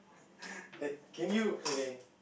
like can you okay